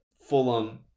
Fulham